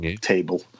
table